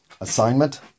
assignment